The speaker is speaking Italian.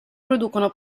producono